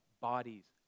bodies